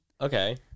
Okay